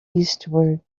eastward